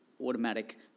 automatic